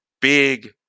big